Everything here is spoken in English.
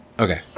Okay